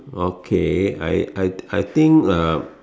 okay I I I think uh